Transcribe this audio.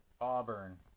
Auburn